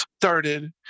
started